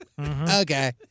Okay